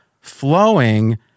flowing